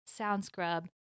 SoundScrub